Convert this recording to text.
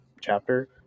chapter